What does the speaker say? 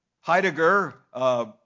Heidegger